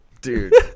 Dude